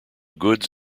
goods